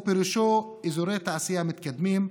פירושו אזורי תעשייה מתקדמים,